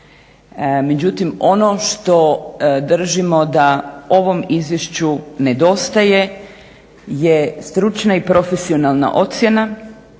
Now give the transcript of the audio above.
Međutim ono što držimo da ovom izvješću nedostaje je stručna i profesionalna ocjena